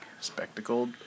spectacled